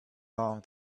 long